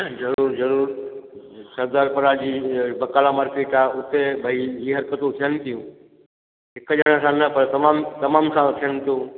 जरूरु जरूरु सरदार पुराजी अई बकाला मार्केट आहे उते भई इहे हरकतियूं थियनि थियूं हिकु ॼणे सां न पर तमामु तमामु सां थियन थियूं